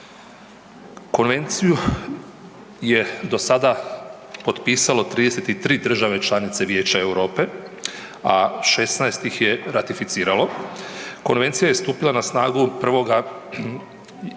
Konvenciju je do sada potpisalo 33 države članice Vijeća Europe, a 16 ih je ratificiralo. Konvencija je stupila na snagu 1. studenog